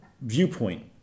viewpoint